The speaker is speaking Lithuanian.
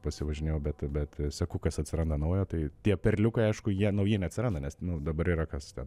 pasivažinėjau bet bet seku kas atsiranda naujo tai tie perliukai aišku jie nauji neatsiranda nes dabar yra kas ten